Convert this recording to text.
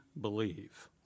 believe